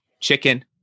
chicken